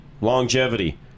longevity